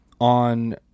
on